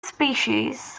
species